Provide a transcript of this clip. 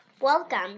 welcome